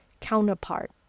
counterpart